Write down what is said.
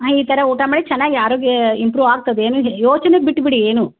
ಹಾಂ ಈ ಥರ ಊಟ ಮಾಡಿ ಚೆನ್ನಾಗಿ ಆರೋಗ್ಯ ಇಂಪ್ರೂವ್ ಆಗ್ತದೆ ಏನು ಯೋಚನೆ ಬಿಟ್ಟುಬಿಡಿ ಏನು